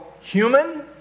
human